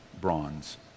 bronze